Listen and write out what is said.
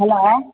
hello